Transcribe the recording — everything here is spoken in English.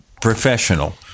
professional